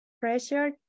pressure